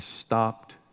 stopped